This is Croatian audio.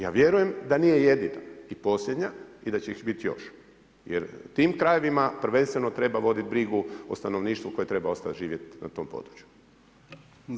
Ja vjerujem da nije jedina i posljednja i da će ih biti još jer tim krajevima prvenstveno treba voditi brigu o stanovništvu koje treba ostajat živjet na tom području.